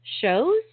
shows